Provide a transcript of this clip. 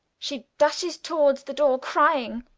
she dashes towards the door crying,